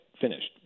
finished